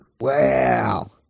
Wow